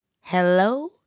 Hello